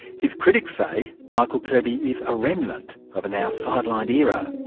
his critics say michael kirby is a remnant of a now sidelined era,